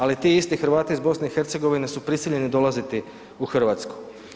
Ali ti isti Hrvati iz BiH su prisiljeni dolaziti u Hrvatsku.